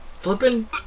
flipping